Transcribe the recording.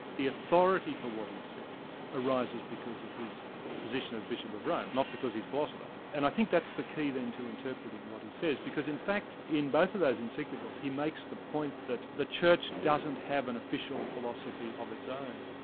the authority for what he says arises because of his position as bishop of rome, not because he's a philosopher. and i think that's the key then to interpreting what he says because in fact in both of those encyclicals, he makes the point that the church doesn't have an official philosophy of its own.